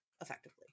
effectively